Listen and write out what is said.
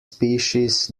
species